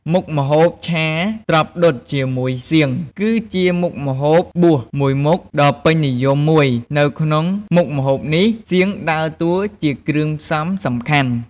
មុខម្ហូប ឆាត្រប់ដុតជាមួយសៀង គឺជាមុខម្ហូបបួសមូយមុខដ៏ពេញនិយមមួយ នៅក្នុងមុខម្ហូបនេះ សៀងដើរតួ ជាគ្រឿងផ្សំសំខាន់។